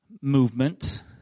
movement